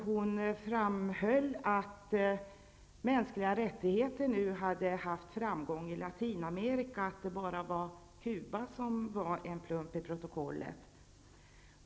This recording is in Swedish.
Hon framhöll att arbetet med mänskliga rättigheter hade haft stor framgång i Latinamerika och att det nu bara var Cuba som utgjorde en plump i protokollet.